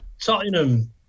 Tottenham